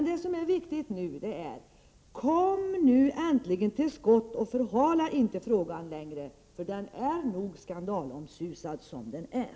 Det viktiga nu är att man kommer till skott och inte förhalar frågan längre. Den är nog skandalomsusad som den är.